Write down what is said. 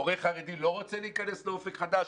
הורה חרדי לא רוצה להיכנס לאופק חדש,